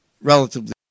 relatively